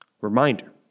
Reminder